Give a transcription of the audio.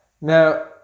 Now